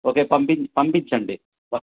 okay పంపించ పంపించండి ప